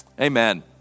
Amen